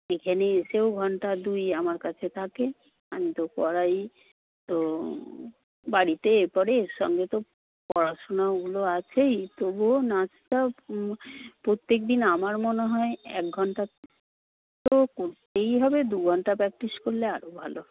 এখানে এসেও ঘণ্টা দুই আমার কাছে থাকে আমি তো করাই তো বাড়িতে এরপরে এর সঙ্গে তো পড়াশোনা ওগুলো আছেই তবুও নাচটা প্রত্যেকদিন আমার মনে হয় এক ঘণ্টা তো করতেই হবে দুঘন্টা প্রাক্টিস করলে আরও ভালো